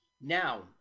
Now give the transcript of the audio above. Now